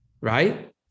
right